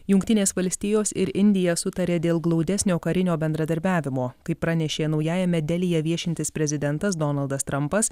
jungtinės valstijos ir indija sutarė dėl glaudesnio karinio bendradarbiavimo kaip pranešė naujajame delyje viešintis prezidentas donaldas trampas